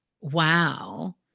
Wow